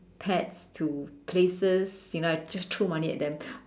pets to places you know I just throw money at them